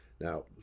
Now